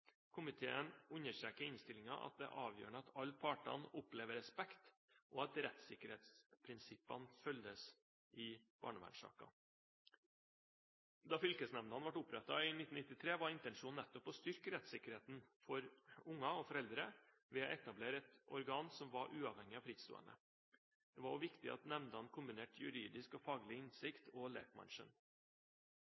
Komiteen understreker i innstillingen at det er avgjørende at alle parter opplever respekt, og at rettssikkerhetsprinsippene følges i barnevernssaker. Da fylkesnemndene ble opprettet i 1993, var intensjonen nettopp å styrke rettssikkerheten for barn og foreldre ved å etablere et organ som var uavhengig og frittstående. Det var også viktig at nemndene kombinerte juridisk og faglig